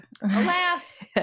Alas